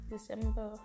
December